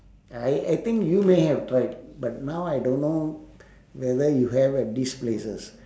I I think you may have tried but now I don't know whether you have heard these places